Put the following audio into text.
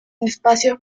espacios